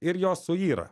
ir jos suyra